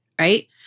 right